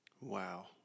wow